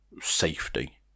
safety